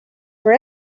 for